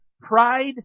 pride